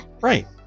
right